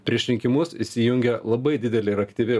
prieš rinkimus įsijungia labai didelė ir aktyvi